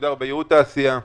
שמוגדר בייעוד תעשייה,